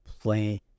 play